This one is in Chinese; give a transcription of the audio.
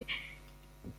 摧毁